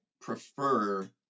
prefer